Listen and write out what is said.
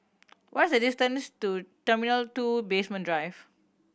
what is the distance to T Two Basement Drive